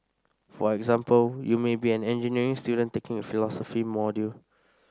for example you may be an engineering student taking a philosophy module